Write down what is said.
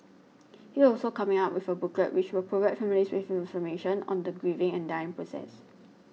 it also coming up with a booklet which will provide families with information on the grieving and dying process